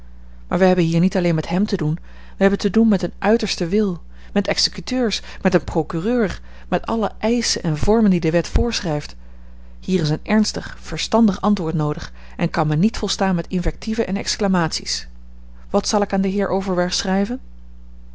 maar wij hebben hier niet alleen met hem te doen wij hebben te doen met een uitersten wil met executeurs met een procureur met alle eischen en vormen die de wet voorschrijft hier is een ernstig verstandig antwoord noodig en kan men niet volstaan met invectieven en exclamaties wat zal ik aan den heer overberg schrijven